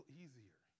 easier